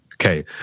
Okay